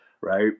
right